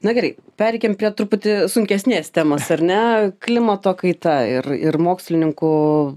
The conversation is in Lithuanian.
na gerai pereikim prie truputį sunkesnės temos ar ne klimato kaita ir ir mokslininkų